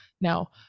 now